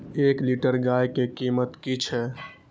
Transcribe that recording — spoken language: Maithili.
एक लीटर गाय के कीमत कि छै?